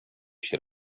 się